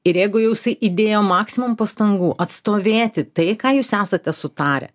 ir jeigu jau jisai įdėjo maksimum pastangų atstovėti tai ką jūs esate sutarę